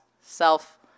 Self